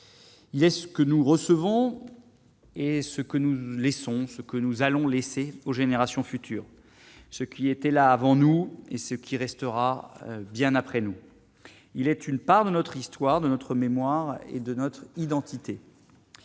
il est-ce que nous recevons et ce que nous laissons ce que nous allons laisser aux générations futures, ceux qui étaient là avant nous et ce qui restera bien après nous, il est une part de notre histoire, de notre mémoire et de notre identité,